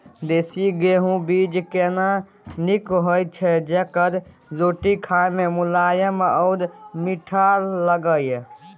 देसी गेहूँ बीज केना नीक होय छै जेकर रोटी खाय मे मुलायम आ मीठ लागय?